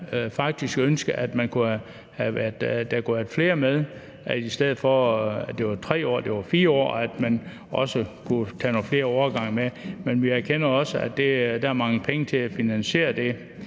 faktisk ønsket, at der kunne have været flere med, og at det i stedet for 3 år skulle være 4 år, og at man også kunne have nogle flere årgange med. Men vi erkender også, at der mangler penge til at finansiere det